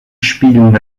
spielen